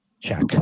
check